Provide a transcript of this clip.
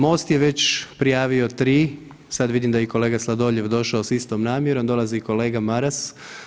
MOST je već prijavio 3, sad vidi da je i kolega Sladoljev došao s istom namjerom, dolazi i kolega Maras.